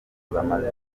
bamaze